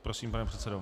Prosím, pane předsedo.